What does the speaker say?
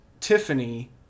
Tiffany